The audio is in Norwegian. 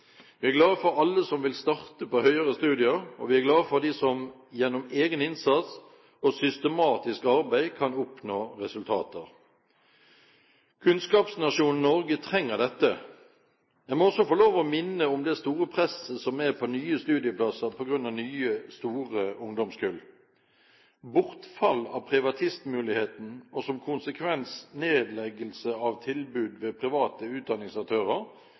vi er glad for alle som vil starte på høyere studier, og vi er glad for dem som gjennom egen innsats og systematisk arbeid kan oppnå resultater. Kunnskapsnasjonen Norge trenger dette. Jeg må også få lov å minne om det store presset som er på nye studieplasser på grunn av nye, store ungdomskull. Bortfall av privatistmuligheten, og som konsekvens nedleggelse av tilbud ved private